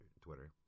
Twitter